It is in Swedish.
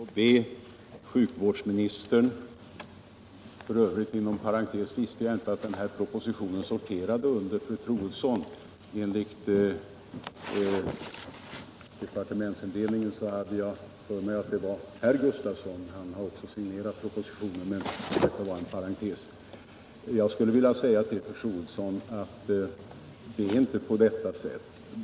Herr talman! Jag visste inte att den här propositionen sorterade under fru Troedsson. Enligt ärendeindelningen inom socialdepartementet hade jag för mig att detta var herr Gustavssons område. Han har också signerat propositionen. Det är inte som fru Troedsson säger.